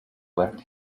left